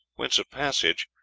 whence a passage,